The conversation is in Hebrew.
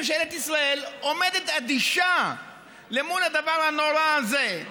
ממשלת ישראל עומדת אדישה למול הדבר הנורא הזה.